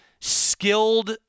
skilled